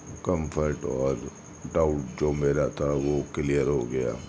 comfort اور doubt جو میرا تھا وہ کلیئر ہو گیا